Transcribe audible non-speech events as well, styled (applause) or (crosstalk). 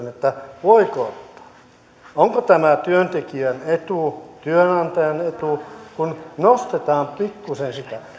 (unintelligible) että voiko ottaa onko tämä työntekijän etu työnantajan etu kun nostetaan pikkuisen sitä